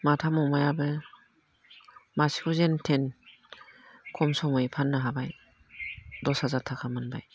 माथाम अमायाबो मासेखौ जेन थेन खम समै फाननो हाबाय दस हाजार थाखा मोनबाय